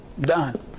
Done